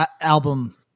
album